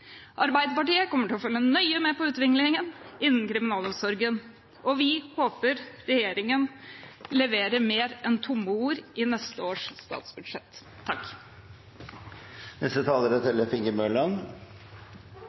Arbeiderpartiet kommer til å følge nøye med på utviklingen innen kriminalomsorgen, og vi håper regjeringen leverer mer enn tomme ord i neste års statsbudsjett.